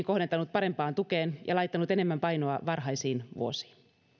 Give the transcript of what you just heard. kohdentanut parempaan tukeen ja laittanut enemmän painoa varhaisiin vuosiin